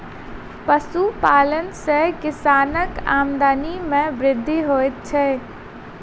पशुपालन सॅ किसानक आमदनी मे वृद्धि होइत छै